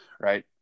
Right